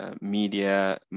media